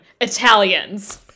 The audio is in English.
Italians